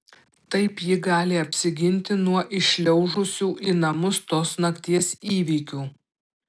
taip ji gali apsiginti nuo įšliaužusių į namus tos nakties įvykių